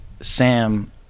sam